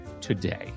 today